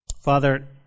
Father